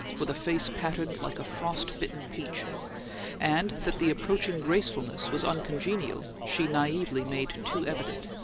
with a face patterned like a frost-bitten peach and that the approaching gracefulness was uncongenial she naively made too evident.